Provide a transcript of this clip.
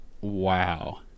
Wow